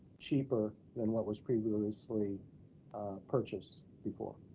cheaper than what was previously purchased before.